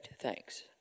thanks